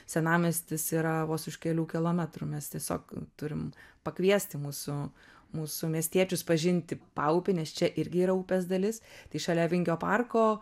senamiestis yra vos už kelių kilometrų mes tiesiog turim pakviesti mūsų mūsų miestiečius pažinti paupį nes čia irgi yra upės dalis tai šalia vingio parko